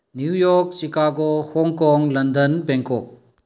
New York Chicago Hong Kong London Bangkok